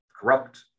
corrupt